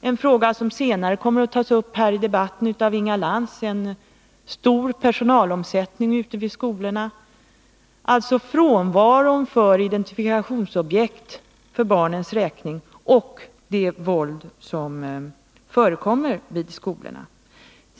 en stor personalomsättning på skolorna — en fråga som Inga Lantz senare kommer att ta upp i debatten — och frånvaron av identifikationsobjekt för barnen och å andra sidan det våld som förekommer vid skolorna.